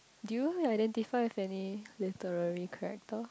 do you identify with any literary character